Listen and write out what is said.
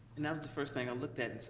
and that was the first thing i looked at. so